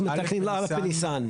אנחנו מתכוונים ל-א' בניסן.